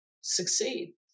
succeed